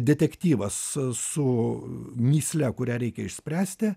detektyvas su mįsle kurią reikia išspręsti